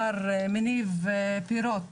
יניב פירות